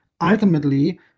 ultimately